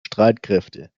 streitkräfte